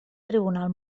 tribunal